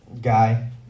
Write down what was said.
guy